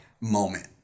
moment